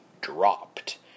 dropped